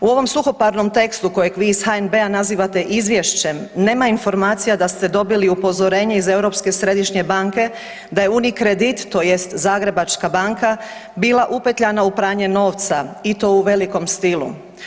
U ovom suhoparnom tekstu kojeg vi iz HNB-a nazivate izvješćem nema informacija da ste dobili upozorenje iz Europske središnje banke da je UniCredit tj. Zagrebačka banka bila upetljana u pranje novca i to u velikom stilu.